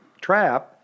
trap